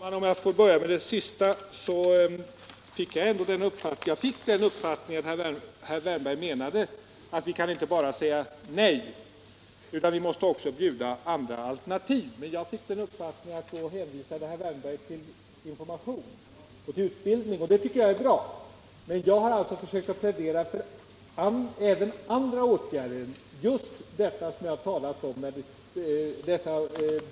Herr talman! Om jag får börja med det sista, vill jag säga att jag ändå fick den uppfattningen att herr Wärnberg menade att vi inte bara kan säga nej utan också måste bjuda ungdomen andra alternativ. Jag fick det intrycket att herr Wärnberg i det sammanhanget hänvisade till information och utbildning, och det tycker jag är bra. Jag har även försökt plädera för andra åtgärder, med inriktning på